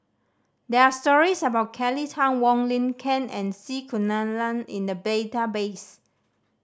there are stories about Kelly Tang Wong Lin Ken and C Kunalan in the database